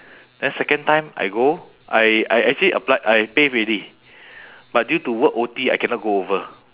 then second time I go I I actually applied I pay already but due to work O_T I cannot go over